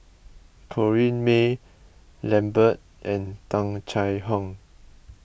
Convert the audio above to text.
Corrinne May Lambert and Tung Chye Hong